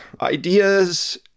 ideas